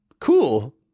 cool